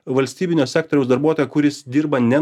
valstybinio sektoriaus darbuotoją kuris dirba ne